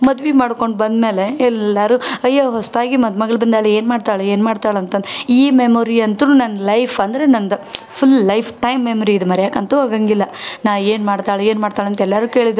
ಮದ್ವೆ ಮಾಡ್ಕೊಂಡು ಬಂದ್ಮೇಲೆ ಎಲ್ಲರೂ ಅಯ್ಯೋ ಹೊಸದಾಗಿ ಮದ್ಮಗ್ಳು ಬಂದಾಳ ಏನು ಮಾಡ್ತಾಳೆ ಏನು ಮಾಡ್ತಾಳೆ ಅಂತಂದು ಈ ಮೆಮೊರಿ ಅಂತೂ ನನ್ನ ಲೈಫ್ ಅಂದ್ರೆ ನಂದು ಫುಲ್ ಲೈಫ್ ಟೈಮ್ ಮೆಮೊರಿ ಇದು ಮರ್ಯೋಕಂತೂ ಆಗೋಂಗಿಲ್ಲ ನಾನು ಏನು ಮಾಡ್ತಾಳೆ ಏನು ಮಾಡ್ತಾಳೆ ಅಂತ ಎಲ್ಲರೂ ಕೇಳಿದ್ರು